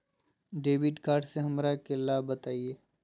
Debit card से हमरा के लाभ बताइए?